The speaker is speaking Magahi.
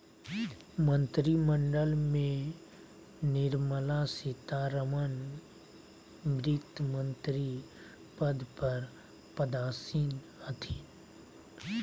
मंत्रिमंडल में निर्मला सीतारमण वित्तमंत्री पद पर पदासीन हथिन